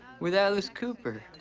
with alice cooper.